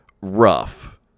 rough